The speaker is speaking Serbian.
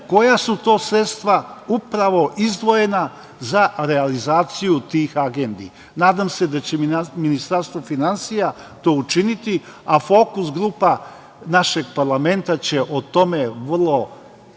koja su to sredstva upravo izdvojena za realizaciju tih agendi. Nadam se da će mi Ministarstvo finansija to učiniti, a fokus grupa našeg parlamenta će o tome vrlo pažljivo